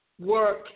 work